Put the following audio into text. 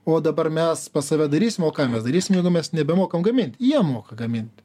o dabar mes pas save darysim o ką mes darysim mes nebemokam gaminti jie moka gaminti